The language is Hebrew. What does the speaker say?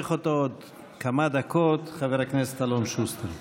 יברך אותו במשך כמה דקות חבר הכנסת אלון שוסטר.